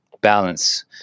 balance